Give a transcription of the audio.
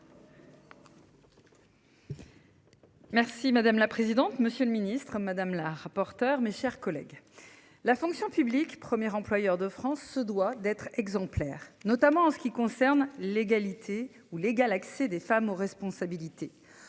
Merci madame la présidente. Monsieur le Ministre, madame la rapporteure, mes chers collègues, la fonction publique, premier employeur de France se doit d'être exemplaire, notamment en ce qui concerne l'égalité ou l'égal accès des femmes aux responsabilités.